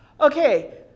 Okay